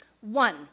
One